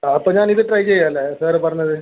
ആ അപ്പോൾ ഞാൻ ഇത് ട്രൈ ചെയ്യാം അല്ലെ സാറ് പറഞ്ഞത്